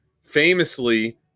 Famously